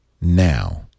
now